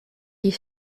die